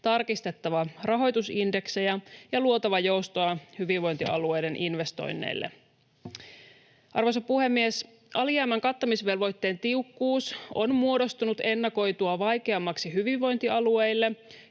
tarkistettava rahoitusindeksejä ja luotava joustoa hyvinvointialueiden investoinneille. Arvoisa puhemies! Alijäämän kattamisvelvoitteen tiukkuus on muodostunut ennakoitua vaikeammaksi hyvinvointialueille